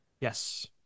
Yes